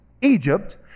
Egypt